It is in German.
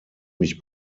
mich